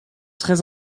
très